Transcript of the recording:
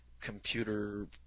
computer